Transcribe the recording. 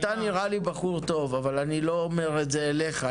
אתה נראה לי בחור טוב אבל אני לא אומר את זה אליך,